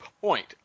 point